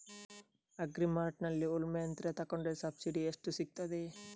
Agri ಮಾರ್ಟ್ನಲ್ಲಿ ಉಳ್ಮೆ ಯಂತ್ರ ತೆಕೊಂಡ್ರೆ ಸಬ್ಸಿಡಿ ಎಷ್ಟು ಸಿಕ್ತಾದೆ?